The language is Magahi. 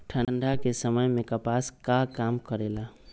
ठंडा के समय मे कपास का काम करेला?